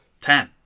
Ten